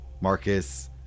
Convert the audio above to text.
Marcus